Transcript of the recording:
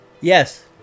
Yes